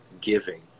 giving